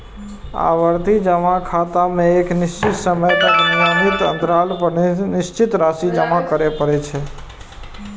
आवर्ती जमा खाता मे एक निश्चित समय तक नियमित अंतराल पर निश्चित राशि जमा करय पड़ै छै